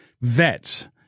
vets